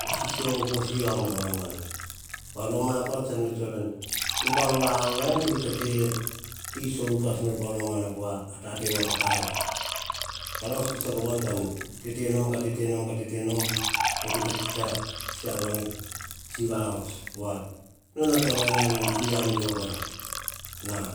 Oh sisio po siva bau pa romana. Pa romana tsan vets woa nom veni, umbam vavaen kita iso upas nor pa roman, po wa tate pa karaus, karaus ka tsiako a wan, ka te te nom, ka tete nom, kita tsa se awan ta tsi vahots. Pova nata voana ean rova kora, nan,